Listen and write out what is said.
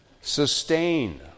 Sustain